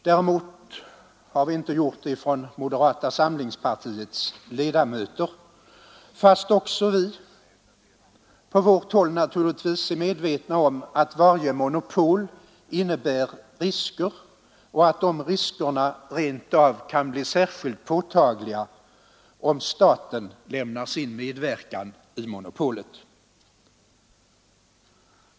Däremot har detta inte gjorts från moderata samlingspartiets ledamöter, fast också vi på vårt håll naturligtvis är medvetna om att varje monopol innebär risker och att dessa rent av kan bli särskilt påtagliga, om staten lämnar sin medverkan i monopolet.